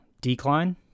decline